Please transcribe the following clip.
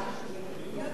דודו, מה קרה?